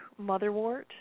Motherwort